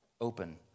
open